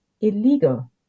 illegal